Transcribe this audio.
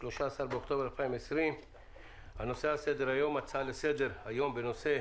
13 באוקטובר 2020. הנושא על סדר היום: הצעה לסדר היום בנושא: